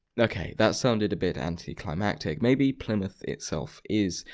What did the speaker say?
okay, that sounded a bit anticlimactic. maybe plymouth itself is,